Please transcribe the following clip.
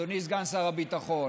אדוני סגן שר הביטחון,